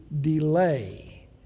delay